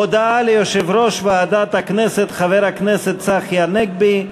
הודעה ליושב-ראש ועדת הכנסת, חבר הכנסת צחי הנגבי.